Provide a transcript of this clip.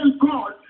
God